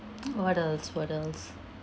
what else what else